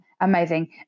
amazing